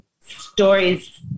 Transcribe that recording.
stories